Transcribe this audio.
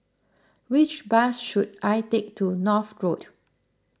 which bus should I take to North Road